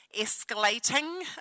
escalating